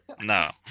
No